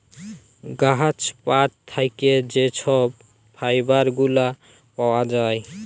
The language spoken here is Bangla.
গাহাচ পাত থ্যাইকে যে ছব ফাইবার গুলা পাউয়া যায়